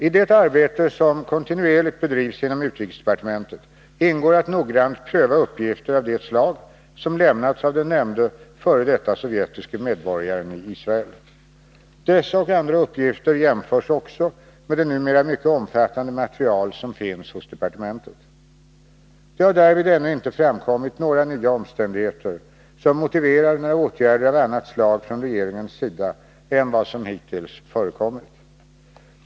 I det arbete som kontinuerligt bedrivs inom utrikesdepartementet ingår att noggrant pröva uppgifter av det slag som lämnats av den nämnde f. d. sovjetiske medborgaren i Israel. Dessa och andra uppgifter jämförs också med det numera mycket omfattande material som finns hos departementet. Det har därvid ännu inte framkommit några nya omständigheter som motiverar några åtgärder av annat slag från regeringens sida än vad som hittills förekommit.